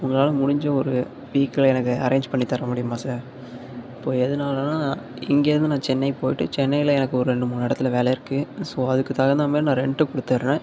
உங்களால் முடிந்த ஒரு வெஹிக்கிளை எனக்கு அரேஞ்ச் பண்ணி தர முடியுமா சார் இப்போ எதனாலனா இங்கேயிருந்து நான் சென்னை போய்ட்டு சென்னையில் எனக்கு ஒரு ரெண்டு மூணு இடத்துல வேலை இருக்குது ஸோ அதுக்கு தகுந்த மாதிரி நான் ரெண்ட்டு கொடுத்துட்றேன்